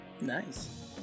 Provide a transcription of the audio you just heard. Nice